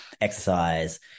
exercise